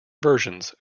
versions